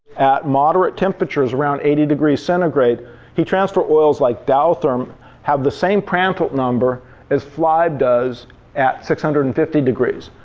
at moderate temperatures around eighty degrees centigrade heat transferred oils like dowtherm have the same prandtl number as flibe does at six hundred and fifty degrees.